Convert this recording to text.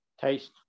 taste